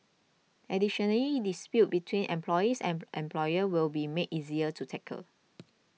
additionally disputes between employees and employers will be made easier to tackle